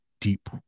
deep